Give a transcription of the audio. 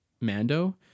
Mando